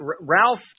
Ralph